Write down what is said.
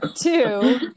two